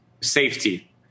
safety